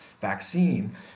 vaccine